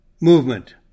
movement